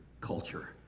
Culture